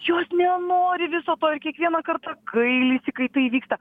jos nenori viso to ir kiekvieną kartą gailisi kai tai įvyksta